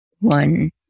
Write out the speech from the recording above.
one